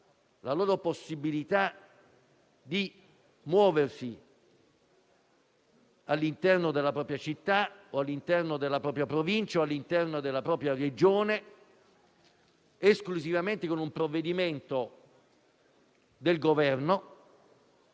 la possibilità di muoversi all'interno della propria città, della propria Provincia o della propria Regione esclusivamente con un provvedimento del Governo.